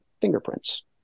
fingerprints